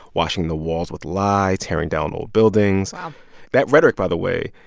washing the walls with lye, tearing down old buildings wow that rhetoric, by the way,